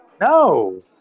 No